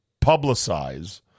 publicize